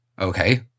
okay